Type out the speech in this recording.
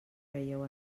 creieu